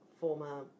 former